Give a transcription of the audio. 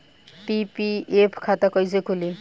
PPF खाता कैसे खुली?